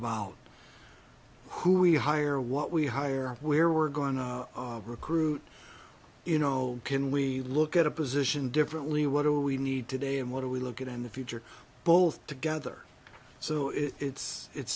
about who we hire what we hire where we're going to recruit you know can we look at a position differently what do we need today and what do we look at in the future both together so it's it's